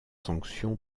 sanction